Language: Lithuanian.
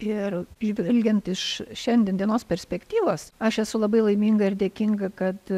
ir žvelgiant iš šiandien dienos perspektyvos aš esu labai laiminga ir dėkinga kad